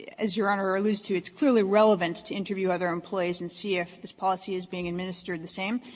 as your honor alludes to, it's clearly relevant to interview other employees and see if this policy is being administered the same.